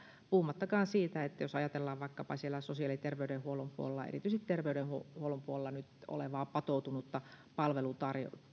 puhumattakaan siitä jos ajatellaan vaikkapa siellä sosiaali ja terveydenhuollon puolella erityisesti terveydenhuollon puolella nyt olevaa patoutunutta palvelutarvetta